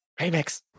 Remix